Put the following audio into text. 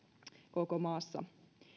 koko maassa